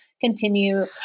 continue